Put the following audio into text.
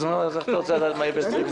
נו, אז איך אתה רוצה לדעת מה יהיה ב-2020?